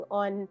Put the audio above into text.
on